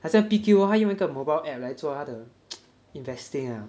好像 P_Q hor 他用那个 mobile app 来做他的 investing ah